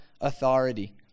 authority